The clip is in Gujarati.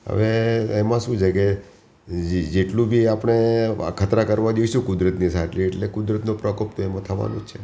હવે એમાં શું છે કે જેટલું બી આપણે અખતરા કરવા જઈશું કુદરતની સાથે એટલે કુદરતનો પ્રકોપ તો એમાં થવાનો જ છે